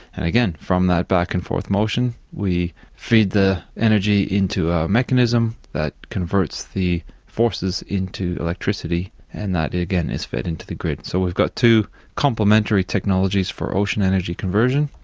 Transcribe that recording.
and again, from that back and forth motion, we feed the energy into a mechanism that converts the forces into electricity and that again is fed into the grid. so we've got two complimentary technologies for ocean energy conversion,